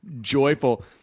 joyful –